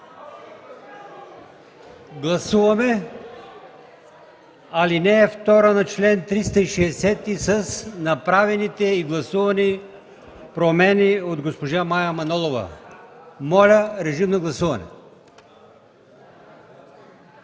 Гласуваме ал. 2 на чл. 360 с направените и гласувани промени от госпожа Мая Манолова. Моля, режим на гласуване.